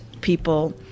people